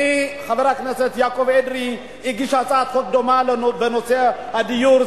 חבר הכנסת יעקב אדרי הגיש הצעת חוק דומה בנושא הדיור,